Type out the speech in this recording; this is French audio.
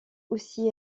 aussi